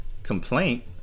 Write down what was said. Complaint